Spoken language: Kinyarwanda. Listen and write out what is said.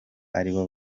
aribo